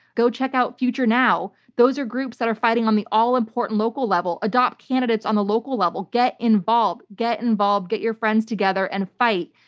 go check out future now. those are groups that are fighting on the all important local level. adopt candidates on the local level. get involved. get involved. get your friends together and fight.